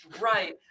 Right